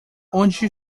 onde